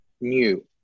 new